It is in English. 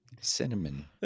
cinnamon